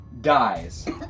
dies